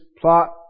plot